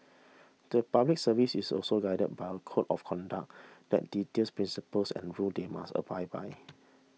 the Public Service is also guided by a code of conduct that details principles and rules they must abide by